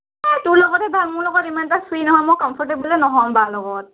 এই তোৰ লগতহে ভাল মোৰ লগত ইমানটা ফ্ৰী নহয় মই কমফটেবুলে নহ'ম বাৰ লগত